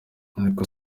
ariko